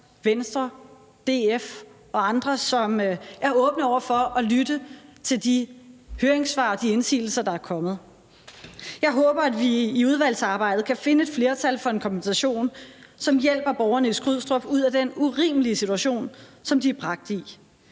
Venstre, DF og andre – som er åbne over for at lytte til de høringssvar og de indsigelser, der er kommet. Jeg håber, at vi i udvalgsarbejdet kan finde et flertal for en kompensation, som hjælper borgerne i Skrydstrup ud af den urimelige situation, som de er bragt i.